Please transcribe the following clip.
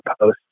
post